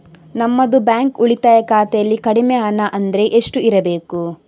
ನಮ್ಮದು ಬ್ಯಾಂಕ್ ಉಳಿತಾಯ ಖಾತೆಯಲ್ಲಿ ಕಡಿಮೆ ಹಣ ಅಂದ್ರೆ ಎಷ್ಟು ಇರಬೇಕು?